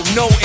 no